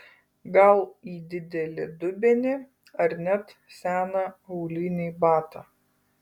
gal į didelį dubenį ar net seną aulinį batą